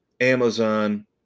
Amazon